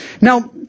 Now